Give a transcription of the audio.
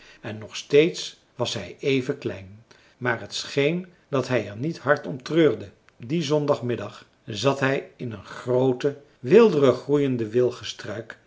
en nog steeds was hij even klein maar het scheen dat hij er niet hard om treurde dien zondagmiddag zat hij in een grooten weelderig groeienden